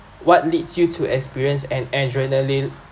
what leads you to experience an adrenaline